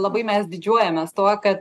labai mes didžiuojamės tuo kad